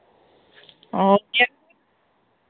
ᱚ